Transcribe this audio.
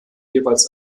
jeweils